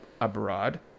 abroad